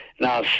Now